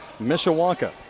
Mishawaka